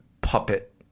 puppet